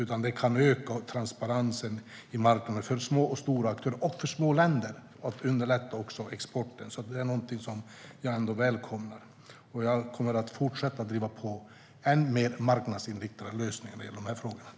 Det kan i stället öka transparensen i marknaden för små och stora aktörer och för små länder. Det underlättar också exporten. Det är alltså någonting jag välkomnar. Jag kommer att fortsätta att driva på för än mer marknadsinriktade lösningar när det gäller dessa frågor.